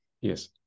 Yes